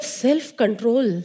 self-control